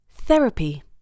Therapy